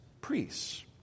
priests